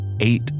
eight